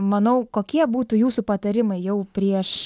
manau kokie būtų jūsų patarimai jau prieš